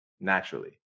naturally